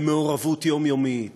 במעורבות יומיומית,